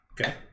Okay